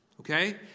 Okay